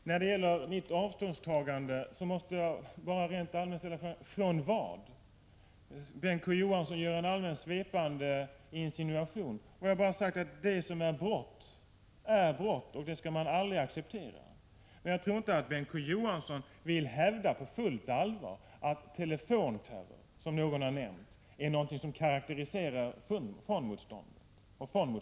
Herr talman! Bengt K. Å. Johansson gör en allmänt svepande insinuation om ett avståndstagande från min sida, och jag vill då fråga: Från vad? Jag har bara sagt att brott är brott och skall aldrig accepteras. Bengt K. Å. Johansson vill väl inte på fullt allvar hävda att telefonterror är någonting som karakteriserar fondmotståndarna?